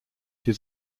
his